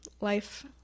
life